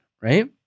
right